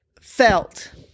felt